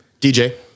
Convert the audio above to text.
DJ